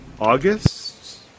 August